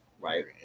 right